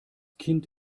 kind